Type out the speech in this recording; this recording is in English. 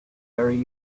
very